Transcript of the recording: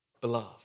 Beloved